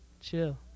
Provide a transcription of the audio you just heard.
Chill